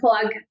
plug